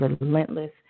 relentless